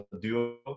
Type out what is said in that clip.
duo